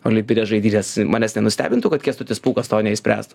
olimpines žaidynes manęs nenustebintų kad kęstutis pūkas to neišspręstų